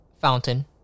fountain